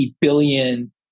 billion